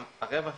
הרווח,